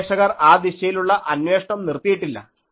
ഗവേഷകർ ആ ദിശയിലുള്ള അന്വേഷണം നിർത്തിയിട്ടില്ല